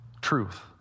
truth